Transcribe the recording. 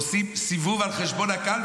עושים סיבוב על חשבון הקהל,